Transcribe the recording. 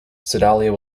sedalia